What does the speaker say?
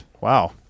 Wow